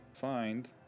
Find